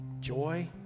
joy